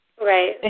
Right